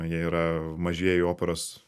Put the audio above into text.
jie yra mažieji operos